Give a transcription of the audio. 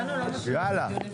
היום,